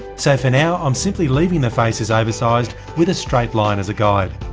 so for now i'm simply leaving the faces oversized with a straight line as a guide.